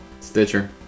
Stitcher